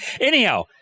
Anyhow